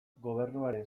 gobernuaren